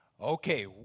Okay